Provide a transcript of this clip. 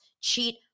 cheat